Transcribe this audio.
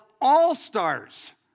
All-Stars